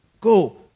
Go